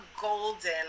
golden